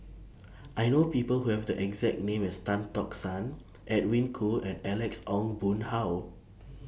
I know People Who Have The exact name as Tan Tock San Edwin Koo and Alex Ong Boon Hau